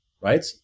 right